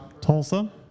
Tulsa